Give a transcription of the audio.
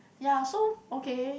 ya so okay